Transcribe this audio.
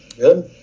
Good